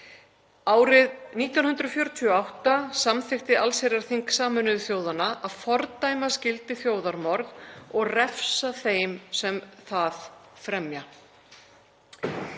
Árið 1948 samþykkti allsherjarþing Sameinuðu þjóðanna að fordæma skyldi þjóðarmorð og refsa þeim sem það fremja.